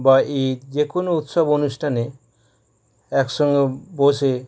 বা ঈদ যে কোনো উৎসব অনুষ্ঠানে একসঙ্গে বসে